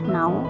now